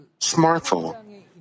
smartphone